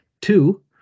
Two